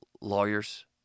lawyers